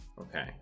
Okay